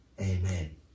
Amen